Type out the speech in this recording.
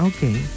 Okay